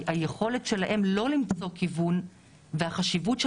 היכולת שלהם לא למצוא כיוון והחשיבות של